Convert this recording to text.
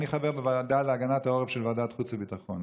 אני חבר בוועדה להגנת העורף של ועדת החוץ והביטחון,